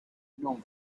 non